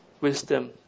wisdom